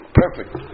perfect